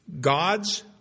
God's